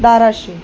Dharashiv